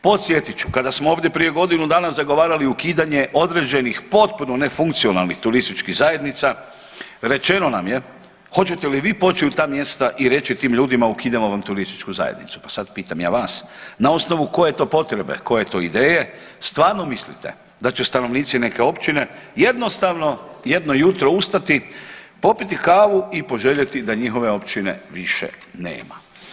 Podsjetit ću, kada smo ovdje prije godinu dana zagovarali ukidanje određenih potpuno nefunkcionalnih turističkih zajednica rečeno nam je hoćete li vi poći u ta mjesta i reći tim ljudima ukidamo vam turističku zajednicu, pa sad pitam ja vas, na osnovu koje to potrebe, koje to ideje stvarno mislite da će stanovnici neke općine jednostavno jedno jutro ustati, popiti kavu i poželjeti da njihove općine više nema?